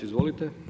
Izvolite.